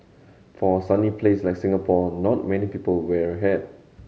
for a sunny place like Singapore not many people wear a hat